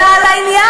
אלא על העניין.